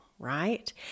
right